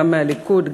גם מהליכוד,